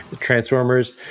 Transformers